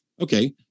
Okay